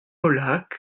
molac